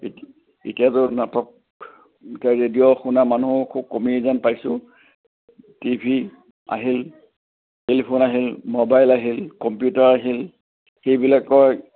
এতি এতিয়াতো নাটক এতিয়া ৰেডিঅ' শুনা মানুহো খুব কমেই যেন পাইছোঁ টিভি আহিল টেলিফোন আহিল ম'বাইল আহিল কম্পিউটাৰ আহিল সেইবিলাকৰ